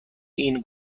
این